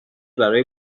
برای